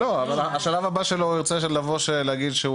אבל בשלב הבא שלו הוא יבוא ויגיד שהוא